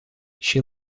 she